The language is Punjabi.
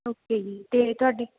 ਓਕੇ ਜੀ ਅਤੇ ਤੁਹਾਡੀ